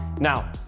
now,